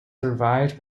survived